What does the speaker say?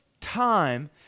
time